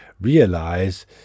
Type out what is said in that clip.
realize